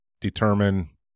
determine